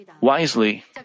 wisely